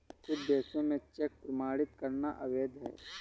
कुछ देशों में चेक प्रमाणित करना अवैध है